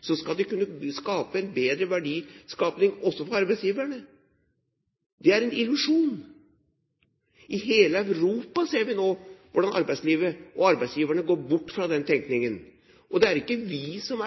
skal kunne få til bedre verdiskaping også for arbeidsgiverne. Det er en illusjon. I hele Europa ser vi nå hvordan arbeidslivet og arbeidsgiverne går bort fra den tenkningen. Det er ikke vi som